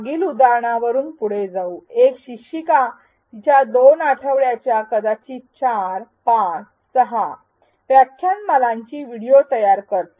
मागील उदाहरणावरून पुढे जाऊ एक शिक्षिका तिच्या २ आठवड्यांच्या कदाचित ४ ५ ६ व्याख्यानमालांची व्हिडिओ तयार करते